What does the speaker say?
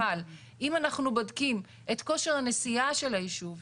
אבל אם אנחנו בודקים את כושר הנשיאה של הישוב,